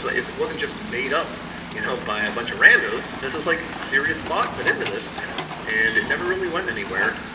ah it it wasn't just made up you know by a bunch of randos. it was like serious thought went into this and it never really went anywhere.